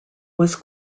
was